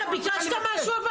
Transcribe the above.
ביקשת משהו?